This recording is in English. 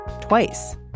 twice